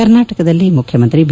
ಕರ್ನಾಟಕದಲ್ಲಿ ಮುಖ್ಯಮಂತ್ರಿ ಬಿ